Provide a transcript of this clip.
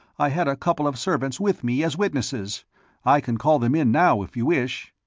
i had a couple of servants with me as witnesses i can call them in now, if you wish.